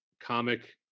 comic